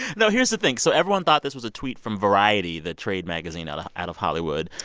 it. no, here's the thing. so everyone thought this was a tweet from variety, the trade magazine out ah out of hollywood.